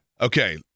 Okay